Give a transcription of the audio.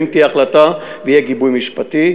אם תהיה החלטה ויהיה גיבוי משפטי,